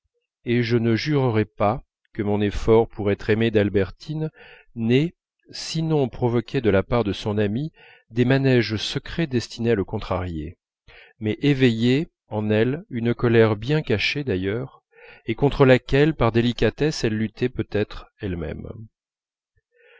et je ne jurerais pas que mon effort pour être aimé d'albertine n'ait sinon provoqué de la part de son amie des manèges secrets destinés à le